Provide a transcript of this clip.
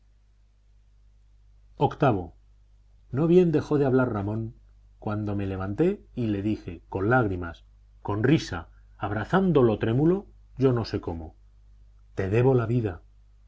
viii no bien dejó de hablar ramón cuando me levanté y le dije con lágrimas con risa abrazándolo trémulo yo no sé como te debo la vida